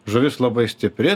žuvis labai stipri